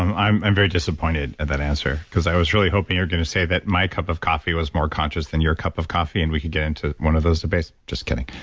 i'm i'm very disappointed at that answer because i was really hoping you're going to say that my cup of coffee was more conscious than your cup of coffee and we could get into one of those debates. just kid